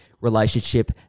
relationship